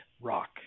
rock